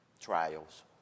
Trials